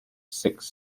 six